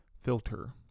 filter